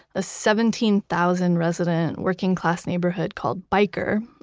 a seventeen thousand resident working-class neighborhood called byker,